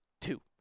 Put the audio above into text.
Two